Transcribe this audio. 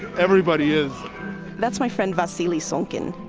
everybody is that is my friend vasily songkin.